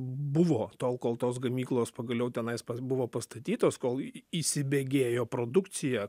buvo tol kol tos gamyklos pagaliau tenais buvo pastatytos kol įsibėgėjo produkcija